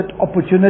opportunity